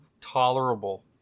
tolerable